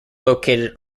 located